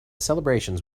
celebrations